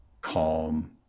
calm